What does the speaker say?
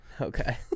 Okay